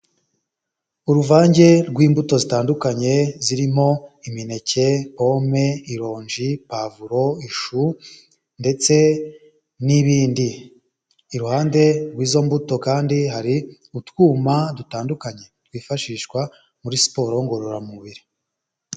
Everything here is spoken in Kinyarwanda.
Uruvange rw'imbuto zitandukanye zirimo imineke, pome, ironji, pavuro, ishu ndetse n'ibindi. Iruhande rw'izo mbuto kandi hari utwuma dutandukanye twifashishwa muri siporo ngororamubiri.